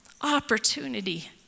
opportunity